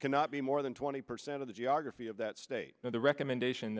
cannot be more than twenty percent of the geography of that state and the recommendation